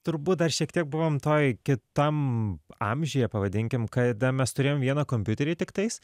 turbūt dar šiek tiek buvom toj kitam amžiuje pavadinkim kada mes turėjom vieną kompiuterį tiktais